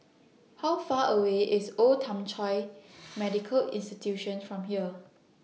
How Far away IS Old Thong Chai Medical Institution from here